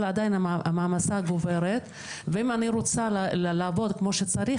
אבל עדיין המעמסה גוברת ואם אני רוצה לעבוד כמו שצריך,